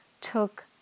took